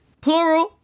Plural